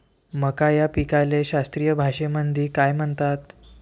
मका या पिकाले शास्त्रीय भाषेमंदी काय म्हणतात?